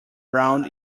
round